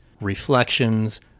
reflections